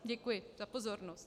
Děkuji za pozornost.